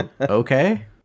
Okay